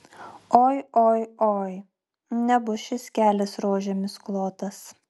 oi oi oi nebus šis kelias rožėmis klotas